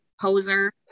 poser